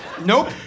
Nope